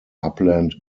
upland